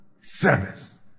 service